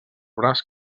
braç